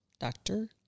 Doctor